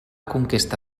conquesta